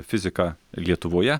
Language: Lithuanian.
fiziką lietuvoje